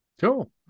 Cool